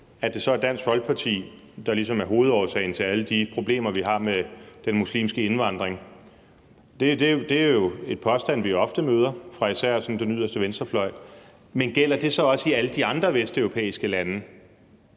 at det så ligesom er Dansk Folkeparti, der er hovedårsagen til alle de problemer, vi har med den muslimske indvandring, er jo en påstand, vi ofte møder især fra sådan den yderste venstrefløj. Men gælder det så også i alle de andre vesteuropæiske lande?